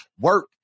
work